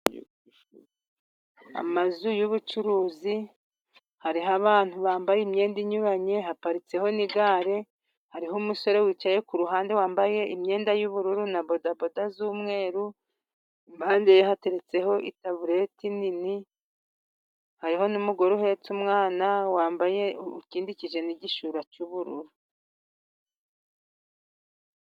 Amazu y'ubucuruzi hari abantu bambaye imyenda inyuranye, haparitseho n'igare, hariho umusore wicaye kuruhande wambaye imyenda y'ubururu ,na bodaboda z'umweru, impande ye hateretseho itabureti nini ,hariho n'umugore uhetse umwana wambaye ukindikije n'igishura cy'ubururu.